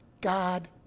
God